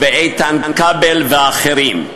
איתן כבל ואחרים,